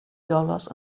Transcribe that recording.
dollars